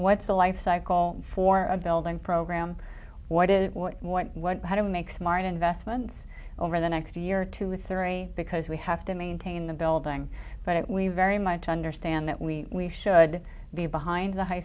what's the lifecycle for a building program what is it what what what how do we make smart investments over the next year or two or three because we have to maintain the building but we very much understand that we should be behind the high